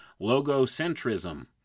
logocentrism